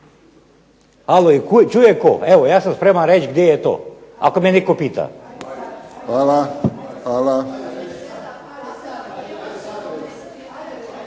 Hvala.